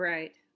Right